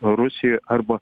rusijoj arba